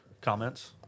comments